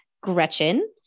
Gretchen